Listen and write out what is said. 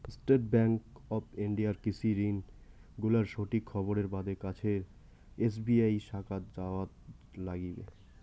state bank of ইন্ডিয়ার কৃষি ঋণ গুলার সঠিক খবরের বাদে কাছের এস.বি.আই শাখাত যাওয়াৎ লাইগবে